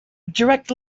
direct